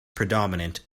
predominant